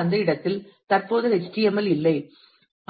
உண்மையில் அந்த இடத்தில் தற்போது HTML இல்லை